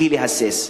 בלי להסס.